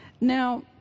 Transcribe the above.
Now